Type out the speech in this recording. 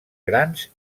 grans